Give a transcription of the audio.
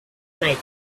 night